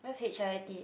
what's H I T